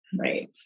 Right